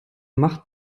macht